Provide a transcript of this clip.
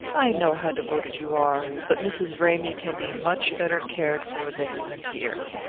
i know how devoted you are but mrs. ramy can be much better cared for there than here.